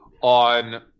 on